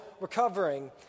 recovering